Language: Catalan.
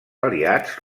aliats